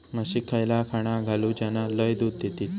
म्हशीक खयला खाणा घालू ज्याना लय दूध देतीत?